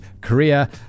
korea